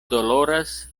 doloras